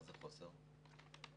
כן.